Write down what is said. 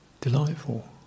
delightful